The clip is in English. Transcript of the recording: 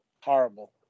horrible